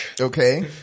Okay